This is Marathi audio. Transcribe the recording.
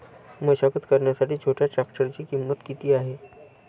मशागत करण्यासाठी छोट्या ट्रॅक्टरची किंमत किती आहे?